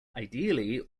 ideally